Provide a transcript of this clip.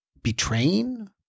betraying